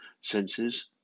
senses